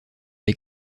les